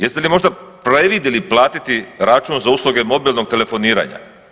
Jeste li možda previdjeli platiti račun za usluge mobilnog telefoniranja?